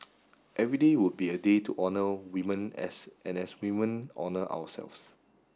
every day would be a day to honour women as and as women honour ourselves